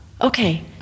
okay